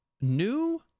new